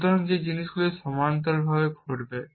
সুতরাং যে জিনিসগুলি সমান্তরালভাবে ঘটবে